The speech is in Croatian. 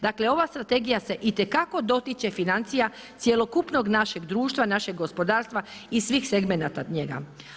Dakle, ova strategija se itekako dotiče financija cjelokupnog našeg društva, našeg gospodarstva i svih segmenata njega.